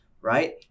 right